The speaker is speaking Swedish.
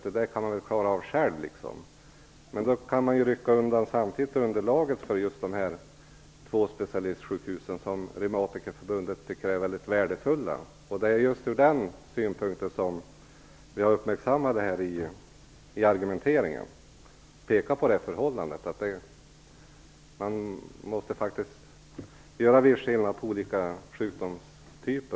Men då kan man samtidigt rycka undan underlaget för dessa två specialistsjukhusen som Reumatikerförbundet anser vara väldigt värdefulla. Det är från den synpunkten som vi har uppmärksammat detta i vår argumentering. Vi har pekat på det förhållandet att man måste göra en viss skillnad mellan olika sjukdomstyper.